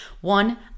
One